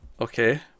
Okay